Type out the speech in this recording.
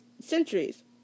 centuries